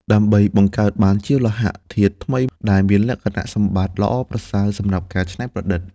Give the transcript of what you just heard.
ដើម្បីបង្កើតបានជាលោហៈធាតុថ្មីដែលមានលក្ខណៈសម្បត្តិល្អប្រសើរសម្រាប់ការច្នៃប្រឌិត។